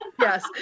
yes